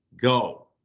go